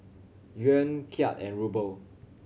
Yuan Kyat and Ruble